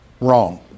Wrong